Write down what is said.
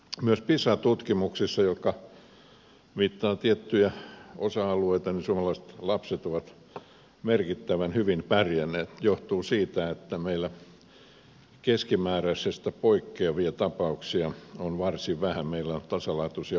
myös pisa tutkimuksissa jotka mittaavat tiettyjä osa alueita suomalaiset lapset ovat merkittävän hyvin pärjänneet mikä johtuu siitä että meillä keskimääräisestä poikkeavia tapauksia on varsin vähän meillä on tasalaatuisia oppimistuloksia